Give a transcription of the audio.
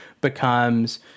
becomes